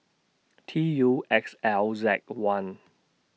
T U X L Z one